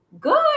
Good